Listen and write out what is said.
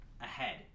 ahead